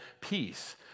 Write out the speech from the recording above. peace